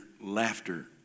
laughter